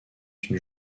une